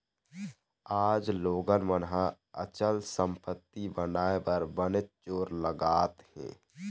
आज लोगन मन ह अचल संपत्ति बनाए बर बनेच जोर लगात हें